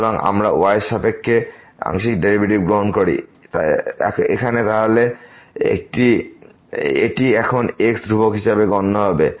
সুতরাং যদি আমরা y এর সাপেক্ষে আংশিক ডেরিভেটিভ গ্রহণ করি এখানে তাহলে এটি এখন x ধ্রুবক হিসাবে গণ্য হবে